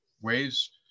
ways